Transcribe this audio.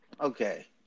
Okay